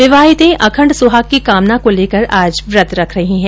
विवाहिताएं अखण्ड सुहाग की कामना को लेकर आज व्रत रख रही है